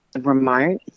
remote